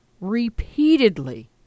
repeatedly